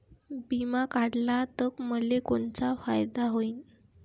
बिमा काढला त मले कोनचा फायदा होईन?